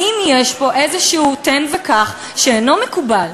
האם יש פה איזה תן-וקח שאינו מקובל?